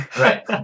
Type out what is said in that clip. Right